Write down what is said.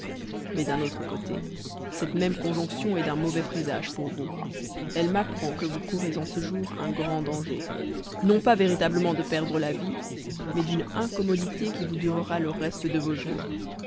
mais d'un autre côté cette même conjonction est d'un mauvais présage pour vous elle m'apprend que vous courez en ce jour un grand danger non pas véritablement de perdre la vie mais d'une incommodité qui vous durera le reste de vos jours